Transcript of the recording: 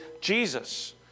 Jesus